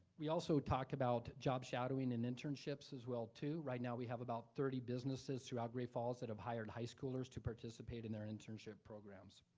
we also talked about job shadowing and internships as well too. right now, we have about thirty businesses throughout great falls that have hired high schoolers to participate in their internship programs.